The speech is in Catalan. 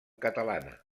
catalana